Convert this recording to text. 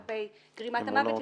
כלפי גרימת המוות,